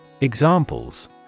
Examples